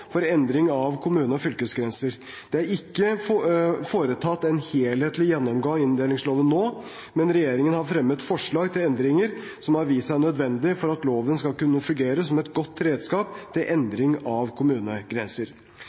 for endring av kommune- og fylkesgrenser. Det er ikke foretatt en helhetlig gjennomgang av inndelingsloven nå, men regjeringen har fremmet forslag til endringer som har vist seg nødvendige for at loven skal kunne fungere som et godt redskap for endring av kommunegrenser.